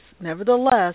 nevertheless